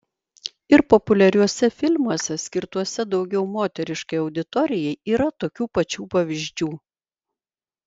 ir populiariuose filmuose skirtuose daugiau moteriškai auditorijai yra tokių pačių pavyzdžių